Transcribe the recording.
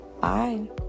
Bye